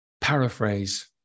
paraphrase